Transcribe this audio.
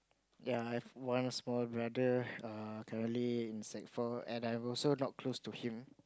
ya I have one small brother err currently in sec four and I'm also not close to him